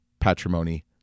Patrimony